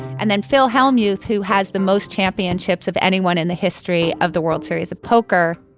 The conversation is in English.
and then phil hellmuth, who has the most championships of anyone in the history of the world series of poker.